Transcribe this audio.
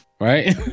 Right